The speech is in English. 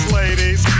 ladies